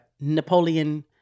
Napoleon